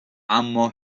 اما